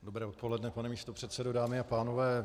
Dobré odpoledne, pane místopředsedo, dámy a pánové.